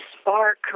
spark